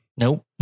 nope